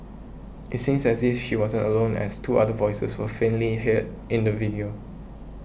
it seems as if she wasn't alone as two other voices were faintly hear in the video